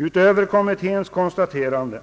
Utöver kommitténs konstaterande